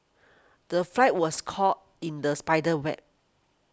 the fly was caught in the spider's web